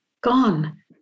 gone